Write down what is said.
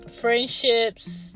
friendships